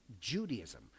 Judaism